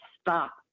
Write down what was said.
stop